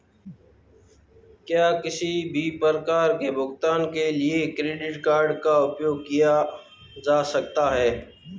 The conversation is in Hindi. क्या किसी भी प्रकार के भुगतान के लिए क्रेडिट कार्ड का उपयोग किया जा सकता है?